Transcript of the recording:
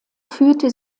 führte